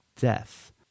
death